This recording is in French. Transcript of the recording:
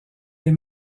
les